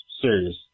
serious